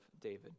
David